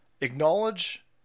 acknowledge